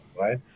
right